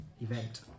event